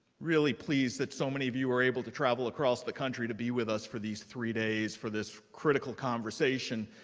really pleased that so many of you were able to travel across the country to be with us for these three days for this critical conversation.